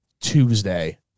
Tuesday